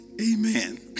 Amen